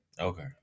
Okay